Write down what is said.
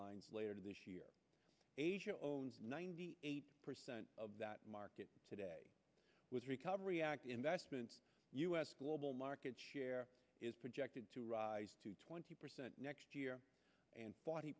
lines later this year ninety eight percent of that market today with recovery act investments us global market share is projected to rise to twenty percent next year and forty